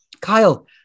Kyle